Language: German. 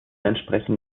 entsprechen